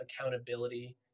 accountability